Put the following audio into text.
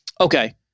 Okay